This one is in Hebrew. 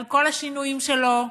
על כל השינויים שבו,